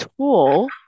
tool